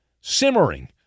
simmering